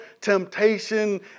temptation